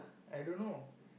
I don't know